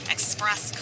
Express